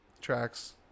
Tracks